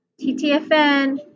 TTFN